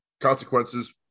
consequences